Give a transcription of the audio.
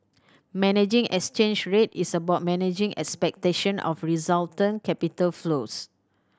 managing exchange rate is about managing expectation of resultant capital flows